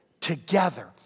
together